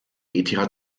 eth